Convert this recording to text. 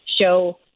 show